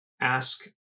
ask